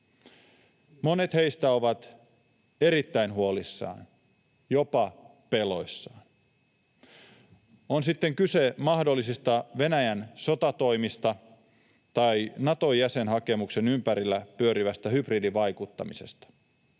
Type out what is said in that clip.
Monet heistä ovat erittäin huolissaan, jopa peloissaan, on sitten kyse mahdollisista Venäjän sotatoimista tai Nato-jäsenhakemuksen ympärillä pyörivästä hybridivaikuttamisesta.